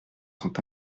sont